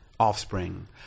offspring